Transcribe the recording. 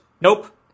Nope